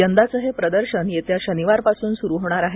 यंदाचं हे प्रदर्शन येत्या शनिवारपासून सुरू होणार आहे